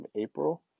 April